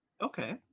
Okay